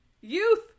youth